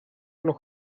noch